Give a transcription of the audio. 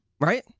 right